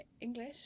English